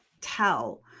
tell